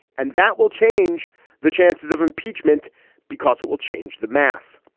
and that will change the chances of impeachment because it will change the math.